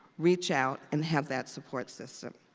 reach out and have that support system.